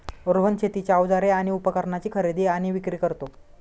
रोहन शेतीची अवजारे आणि उपकरणाची खरेदी आणि विक्री करतो